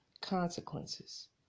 Consequences